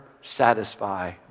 satisfy